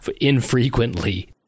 infrequently